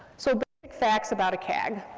so but facts about a cag.